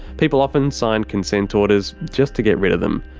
people often sign consent orders just to get rid of them.